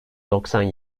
doksan